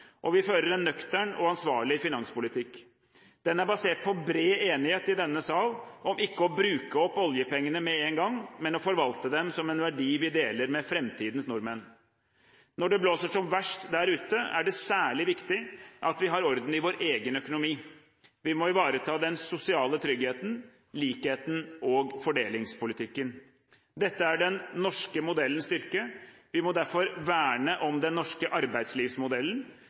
og vi fører en nøktern og ansvarlig finanspolitikk. Den er basert på bred enighet i denne sal om ikke å bruke opp oljepengene med en gang, men å forvalte dem som en verdi vi deler med framtidens nordmenn. Når det blåser som verst der ute, er det særlig viktig at vi har orden i vår egen økonomi. Vi må ivareta den sosiale tryggheten, likheten og fordelingspolitikken. Dette er den norske modellens styrke. Vi må derfor verne om den norske arbeidslivsmodellen,